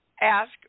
ask